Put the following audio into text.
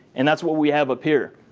and that's what we have up here.